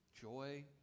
joy